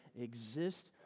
exist